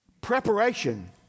preparation